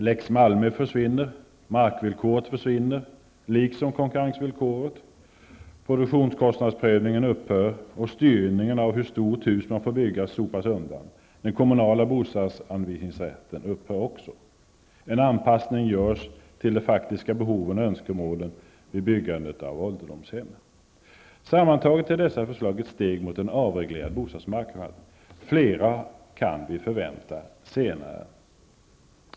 Lex Malmö försvinner, markvillkoret försvinner liksom konkurrensvillkoret. Produktionskostnadsprövningen upphör, och styrningen av hur stort hus man får bygga sopas undan. Den kommunala bostadsanvisningsrätten upphör också. En anpassning görs till de faktiska behoven och önskemålen vid byggande av ålderdomshem. Sammantaget är dessa förslag ett steg mot en avreglerad bostadsmarknad. Vi kan förvänta flera förslag senare.